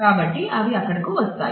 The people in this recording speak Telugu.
కాబట్టి అవి అక్కడకు వస్తాయి